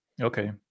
Okay